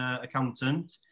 accountant